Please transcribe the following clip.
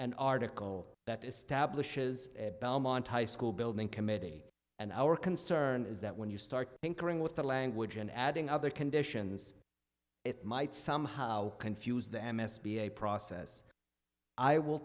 an article that establishes belmont high school building committee and our concern is that when you start tinkering with the language and adding other conditions it might somehow confuse the m s b a process i will